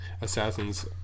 assassins